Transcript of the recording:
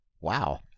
wow